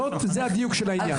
זה הדיוק של העניין.